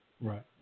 Right